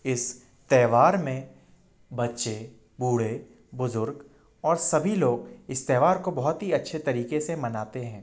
इस त्यौहार में बच्चे बूढ़े बुज़ुर्ग और सभी लोग इस त्यौहार को बहुत ही अच्छे तरीक़े से मनाते हैं